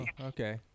Okay